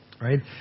Right